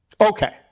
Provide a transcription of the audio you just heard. Okay